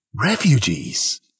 refugees